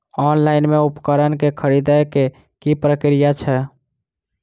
Online मे उपकरण केँ खरीदय केँ की प्रक्रिया छै?